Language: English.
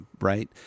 right